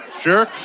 sure